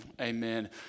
Amen